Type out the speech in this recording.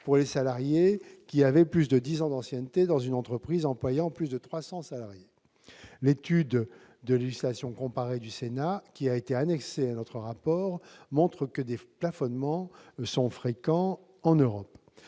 pour les salariés ayant plus de dix ans d'ancienneté dans une entreprise de plus de 300 salariés. L'étude de législation comparée du Sénat, qui a été annexée au rapport de la commission, montre que des plafonnements sont fréquents en Europe.